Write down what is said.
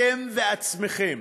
אתם, ועצמכם.